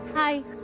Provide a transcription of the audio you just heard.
i